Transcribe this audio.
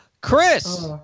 Chris